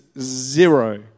zero